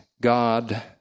God